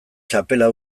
txapela